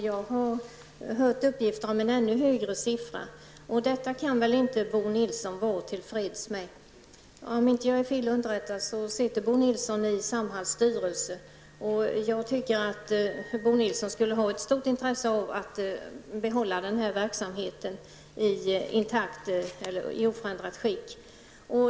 Jag har uppgifter om ett ännu högre antal. Detta kan väl inte Bo Nilsson vara till freds med. Om jag inte är fel underrättad sitter Bo Nilsson i Samhalls styrelse. Jag tycker att Bo Nilsson borde ha ett stort intresse av att behålla denna verksamhet i oförändrat skick.